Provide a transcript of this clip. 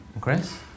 Chris